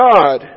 God